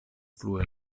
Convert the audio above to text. plue